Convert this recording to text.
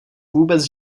vůbec